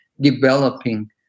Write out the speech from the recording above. developing